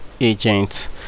agents